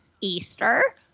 Easter-